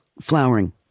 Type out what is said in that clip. flowering